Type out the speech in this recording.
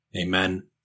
Amen